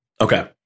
Okay